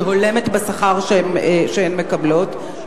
הפוגעת בשכר שהן מקבלות,